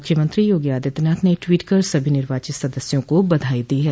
मुख्यमंत्री योगी आदित्यनाथ ने ट्वीट कर सभो निर्वाचित सदस्यों को बधाई दी है